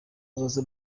abaza